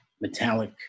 metallic